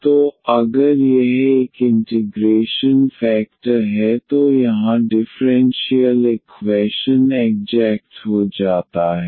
तो अगर यह एक इंटिग्रेशन फेकटर है तो यहाँ डिफ़्रेंशियल इक्वैशन IxyMxydxIxyNxydy0 एग्जेक्ट हो जाता है